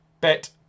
bet